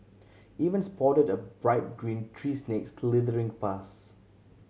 even spotted a bright green tree snake slithering past